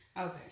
Okay